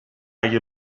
اگه